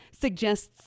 suggests